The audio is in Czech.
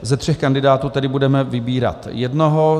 Ze tří kandidátů tedy budeme vybírat jednoho.